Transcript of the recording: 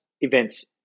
events